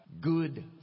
good